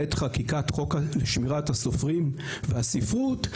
בעת חקיקת חוק שמירת הסופרים והספרות,